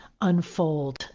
unfold